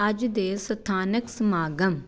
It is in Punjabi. ਅੱਜ ਦੇ ਸਥਾਨਕ ਸਮਾਗਮ